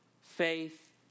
faith